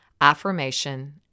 affirmation